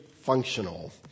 functional